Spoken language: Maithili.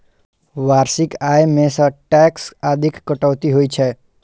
वार्षिक आय मे सं टैक्स आदिक कटौती होइ छै